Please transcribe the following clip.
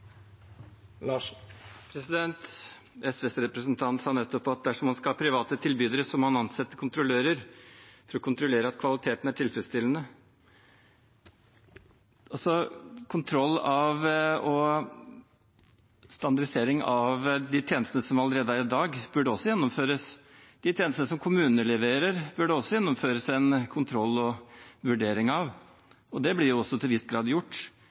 SVs representant sa nettopp at dersom man skal ha private tilbydere, må man ansette kontrollører for å kontrollere at kvaliteten er tilfredsstillende. Kontroll og standardisering av de tjenestene som allerede er i dag, burde også gjennomføres. De tjenestene som kommunene leverer, bør det også gjennomføres en kontroll og vurdering av. Det blir også til en viss grad gjort.